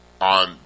on